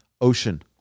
ocean